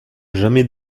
jamais